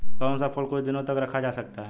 कौन सा फल कुछ दिनों तक रखा जा सकता है?